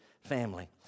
family